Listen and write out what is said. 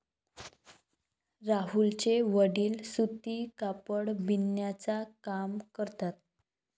राहुलचे वडील सूती कापड बिनण्याचा काम करतात